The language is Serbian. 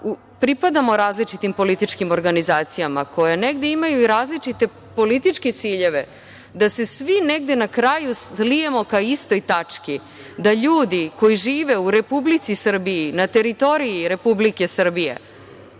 pripadamo različitim političkim organizacijama koje negde imaju i različite političke ciljeve da se svi negde na kraju slijemo ka istoj tački, da ljudi koji žive u Republici Srbiji na teritoriji Republike Srbije